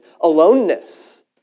aloneness